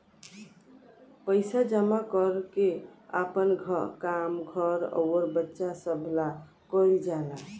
पइसा जमा कर के आपन काम, घर अउर बच्चा सभ ला कइल जाला